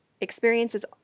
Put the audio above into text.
experiences